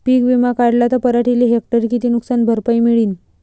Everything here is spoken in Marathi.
पीक विमा काढला त पराटीले हेक्टरी किती नुकसान भरपाई मिळीनं?